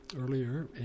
earlier